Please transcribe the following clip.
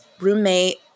roommate